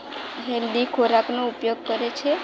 unhealthy ખોરાકનો ઉપયોગ કરે છે